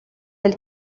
elle